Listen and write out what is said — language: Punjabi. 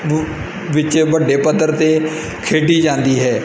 ਵੁ ਵਿੱਚ ਵੱਡੇ ਪੱਧਰ 'ਤੇ ਖੇਡੀ ਜਾਂਦੀ ਹੈ